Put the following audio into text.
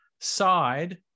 side